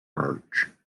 merge